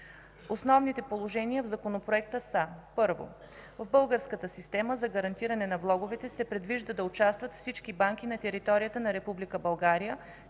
Основните положения в Законопроекта са: Първо, в българската система за гарантиране на влоговете се предвижда да участват всички банки на територията на